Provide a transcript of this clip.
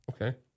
Okay